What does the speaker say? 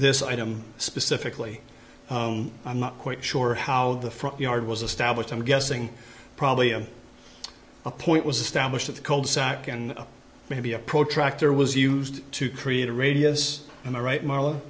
this item specifically i'm not quite sure how the front yard was established i'm guessing probably of a point was established of the cold sac and maybe a protractor was used to create a radius in the right marla